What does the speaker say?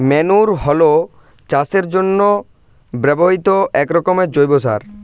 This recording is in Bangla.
ম্যান্যুর হলো চাষের জন্য ব্যবহৃত একরকমের জৈব সার